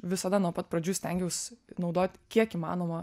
visada nuo pat pradžių stengiausi naudoti kiek įmanoma